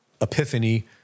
epiphany